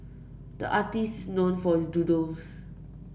the artist is known for his doodles